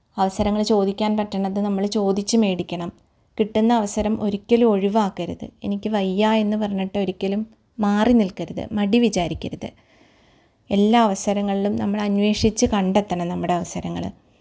അവസരങ്ങൾ ചോദിക്കാൻ പറ്റുന്നത് നമ്മൾ ചോദിച്ച് മേടിക്കണം കിട്ടുന്ന അവസരം ഒരിക്കലും ഒഴിവാക്കരുത് എനിക്ക് വയ്യ എന്ന് പറഞ്ഞിട്ടൊരിക്കലും മാറി നിൽക്കരുത് മടി വിചാരിക്കരുത് എല്ലാ അവസരങ്ങളിലും നമ്മൾ അന്വേഷിച്ച് കണ്ടെത്തണം നമ്മുടെ അവസരങ്ങൾ